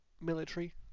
military